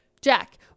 Jack